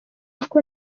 uko